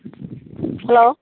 hello